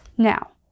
Now